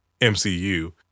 MCU